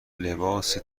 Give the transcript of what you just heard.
لباس